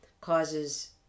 causes